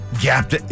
gap